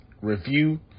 review